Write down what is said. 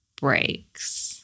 breaks